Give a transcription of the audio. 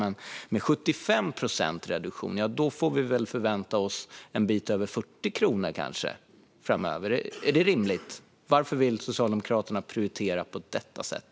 Men med 75 procents reduktion får vi kanske förvänta oss en bit över 40 kronor framöver. Är det rimligt? Varför vill Socialdemokraterna prioritera på detta sätt?